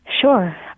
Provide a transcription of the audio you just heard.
Sure